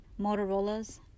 Motorola's